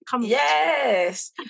Yes